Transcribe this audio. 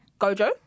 Gojo